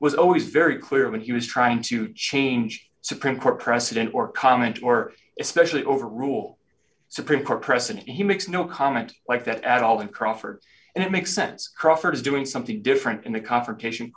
was always very clear when he was trying to change supreme court precedent or comment or especially over rule supreme court precedent he makes no comment like that at all in crawford and it makes sense crawford is doing something different in the confrontation